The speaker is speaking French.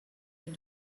est